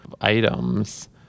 items